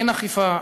אין אכיפה,